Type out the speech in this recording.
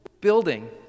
building